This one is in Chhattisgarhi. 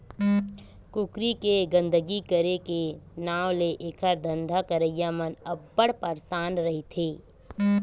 कुकरी के गंदगी करे के नांव ले एखर धंधा करइया मन अब्बड़ परसान रहिथे